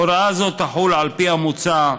הוראה זו תחול, על פי המוצע,